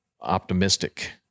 optimistic